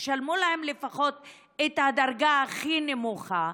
תשלמו להן לפחות את הדרגה הכי נמוכה,